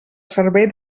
servei